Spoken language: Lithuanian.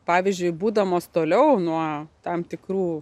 pavyzdžiui būdamos toliau nuo tam tikrų